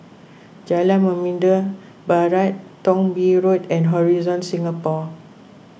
Jalan Membina Barat Thong Bee Road and Horizon Singapore